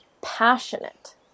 passionate